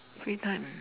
free time